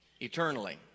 eternally